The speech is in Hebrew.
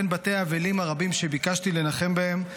בין בתי האבלים הרבים שביקשתי לנחם בהם,